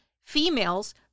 Females